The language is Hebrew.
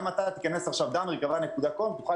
תיכנס עכשיו ל- themercava.comותוכל